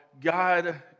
God